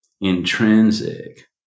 intrinsic